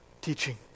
teaching